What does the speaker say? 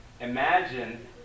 imagine